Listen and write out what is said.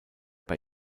bei